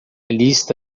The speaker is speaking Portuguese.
lista